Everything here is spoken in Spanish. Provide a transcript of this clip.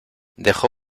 dejó